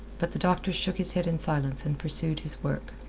but the doctor shook his head in silence, and pursued his work.